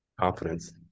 Confidence